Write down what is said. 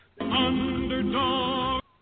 Underdog